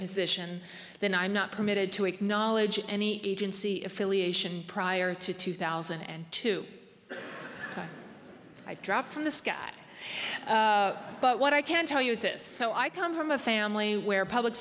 position that i'm not permitted to acknowledge any agency affiliation prior to two thousand and two i dropped from the sky but what i can tell you is this so i come from a family where public